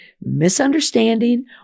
misunderstanding